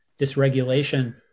dysregulation